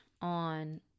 on